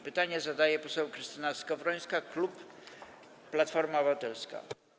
Pytanie zadaje poseł Krystyna Skowrońska, klub Platforma Obywatelska.